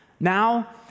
Now